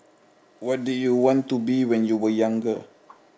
what do you want to be when you are younger